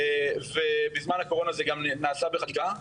ובזמן הקורונה זה גם נעשה בחקיקה.